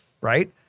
right